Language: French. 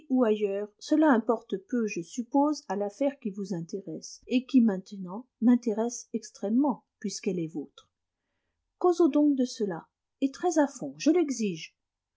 ou ailleurs cela importe peu je suppose à l'affaire qui vous intéresse et qui maintenant m'intéresse extrêmement puisqu'elle est vôtre causons donc de cela et très à fond je l'exige